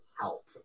help